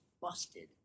busted